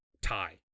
tie